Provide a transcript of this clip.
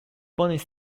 bonus